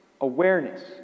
awareness